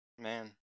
man